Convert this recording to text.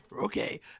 Okay